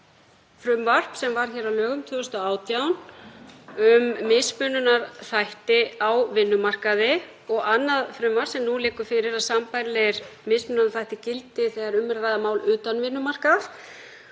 frumvarp sem varð að lögum 2018, um mismununarþætti á vinnumarkaði, og annað frumvarp sem nú liggur fyrir um að sambærilegir mismununarþættir gildi þegar um er að ræða mál utan vinnumarkaðar.